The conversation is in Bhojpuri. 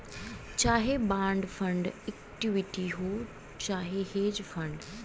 चाहे बान्ड फ़ंड इक्विटी हौ चाहे हेज फ़ंड